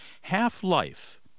Half-Life